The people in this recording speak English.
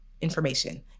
information